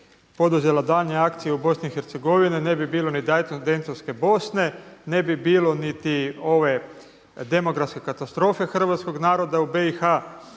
poduzela daljnje akcije u Bosni i Hercegovini ne bi bilo ni Daytonske Bosne, ne bi bilo niti ove demografske katastrofe hrvatskog naroda u BiH.